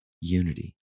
unity